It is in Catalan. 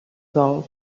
dol